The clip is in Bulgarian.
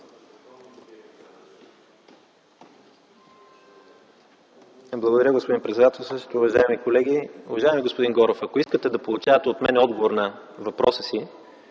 Благодаря господин председател. Уважаеми колеги, уважаеми господин Горов! Ако искате да получите от мен отговор на въпроса си